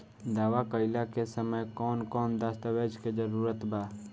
दावा कईला के समय कौन कौन दस्तावेज़ के जरूरत बा?